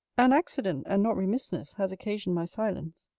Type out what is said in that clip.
an accident, and not remissness, has occasioned my silence.